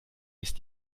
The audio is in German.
ist